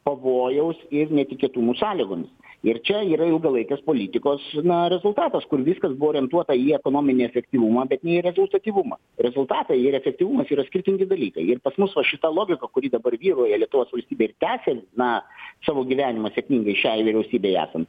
pavojaus ir netikėtumų sąlygomis ir čia yra ilgalaikės politikos na rezultatas kur viskas buvo orientuota į ekonominį efektyvumą bet ne į rezultatyvumą rezultatai ir efektyvumas yra skirtingi dalykai ir pas mus va šita logika kuri dabar vyrauja lietuvos valstybėj ir tęsia na savo gyvenimą sėkmingai šiai vyriausybei esant